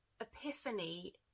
Epiphany